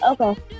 Okay